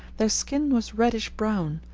their skin was reddish brown,